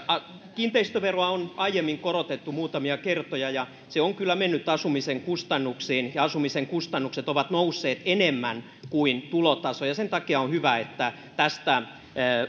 kiinteistöveroa on aiemmin korotettu muutamia kertoja ja se on kyllä mennyt asumisen kustannuksiin ja asumisen kustannukset ovat nousseet enemmän kuin tulotaso sen takia on hyvä että tästä